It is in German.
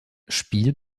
spiel